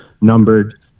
numbered